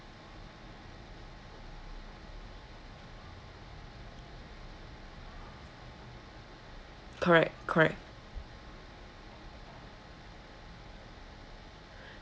correct correct